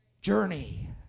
journey